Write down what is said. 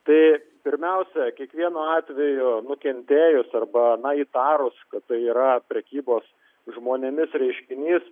tai pirmiausia kiekvienu atveju nukentėjus arba na įtarus kad tai yra prekybos žmonėmis reiškinys